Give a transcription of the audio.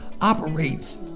operates